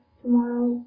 tomorrow